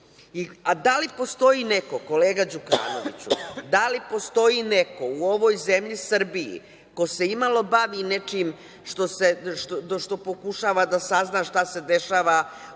Da li postoji neko, kolega Đukanoviću, da li postoji neko u ovoj zemlji Srbiji ko se imalo bavi nečim što pokušava da sazna šta se dešava u